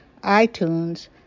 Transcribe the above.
iTunes